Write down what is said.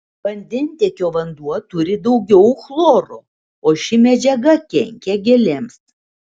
vandentiekio vanduo turi daugiau chloro o ši medžiaga kenkia gėlėms